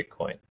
Bitcoin